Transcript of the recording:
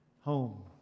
home